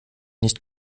nicht